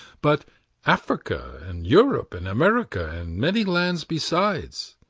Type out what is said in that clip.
but africa, and europe, and america, and many lands besides.